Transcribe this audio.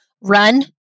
run